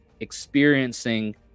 experiencing